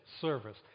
service